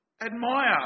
admire